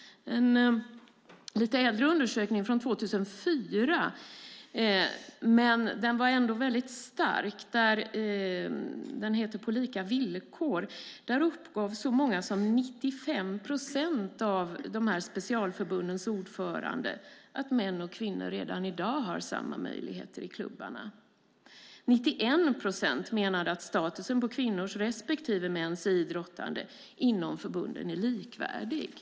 Det finns en lite äldre men ändå stark undersökning, från 2004, heter På lika villkor . Där uppgav så många som 95 procent av specialförbundens ordförande att män och kvinnor redan i dag har samma möjligheter i klubbarna. 91 procent menade att statusen på kvinnors respektive mäns idrottande inom förbunden är likvärdig.